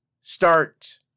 start